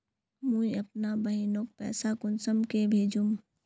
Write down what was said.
मुई अपना बहिनोक पैसा कुंसम के भेजुम?